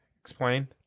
explain